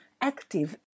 active